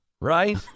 Right